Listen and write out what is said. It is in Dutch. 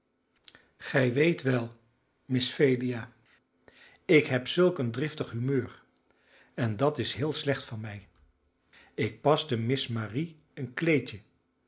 gij weet wel miss phelia ik heb zulk een driftig humeur en dat is heel slecht van mij ik paste miss marie een kleedje